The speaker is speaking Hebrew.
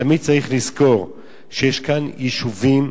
תמיד צריך לזכור שיש כאן יישובים,